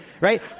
Right